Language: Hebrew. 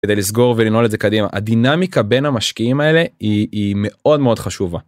כדי לסגור ולנעול את זה קדימה הדינמיקה בין המשקיעים האלה היא מאוד מאוד חשובה.